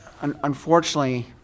unfortunately